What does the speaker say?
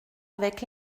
avec